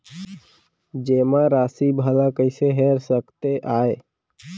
जेमा राशि भला कइसे हेर सकते आय?